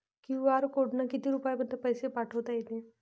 QR कोडनं किती रुपयापर्यंत पैसे पाठोता येते?